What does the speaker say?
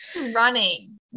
running